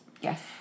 Yes